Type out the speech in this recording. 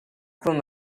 from